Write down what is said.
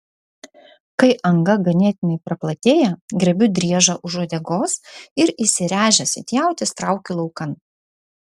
kai anga ganėtinai praplatėja griebiu driežą už uodegos ir įsiręžęs it jautis traukiu laukan